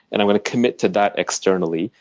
and i'm going to commit to that externally,